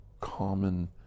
common